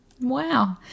Wow